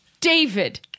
David